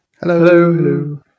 Hello